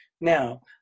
Now